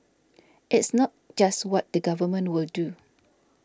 it's not just what the Government will do